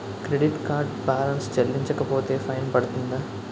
Credit card balance చెల్లించకపోతే fine పడ్తుంద?